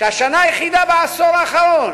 שהשנה היחידה בעשור האחרון